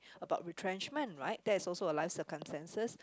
about retrenchment right that is also a life circumstances